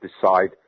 decide